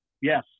Yes